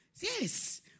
Yes